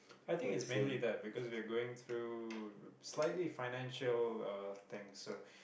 I think it's mainly that because we're going through slightly financial uh things so